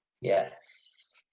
Yes